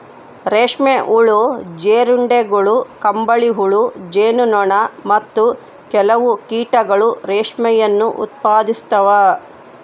ರೇಷ್ಮೆ ಹುಳು, ಜೀರುಂಡೆಗಳು, ಕಂಬಳಿಹುಳು, ಜೇನು ನೊಣ, ಮತ್ತು ಕೆಲವು ಕೀಟಗಳು ರೇಷ್ಮೆಯನ್ನು ಉತ್ಪಾದಿಸ್ತವ